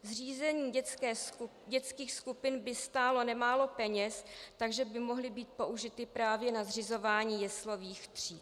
Zřízení dětských skupin by stálo nemálo peněz, takže by mohly být použity právě na zřizování jeslových tříd.